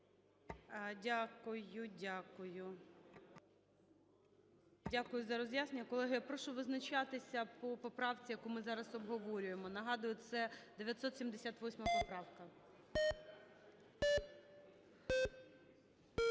Дякую за роз'яснення. Колеги, я прошу визначатися по поправці, яку ми зараз обговорюємо. Нагадую, це 978 поправка.